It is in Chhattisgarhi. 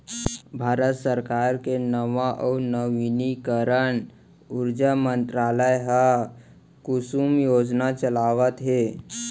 भारत सरकार के नवा अउ नवीनीकरन उरजा मंतरालय ह कुसुम योजना ल चलावत हे